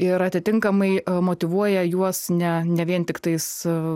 ir atitinkamai motyvuoja juos ne ne vien tiktais